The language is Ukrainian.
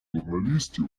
журналістів